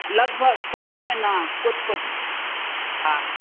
लॻभॻि सभिनी में न कुझु कुझु हा